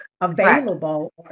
available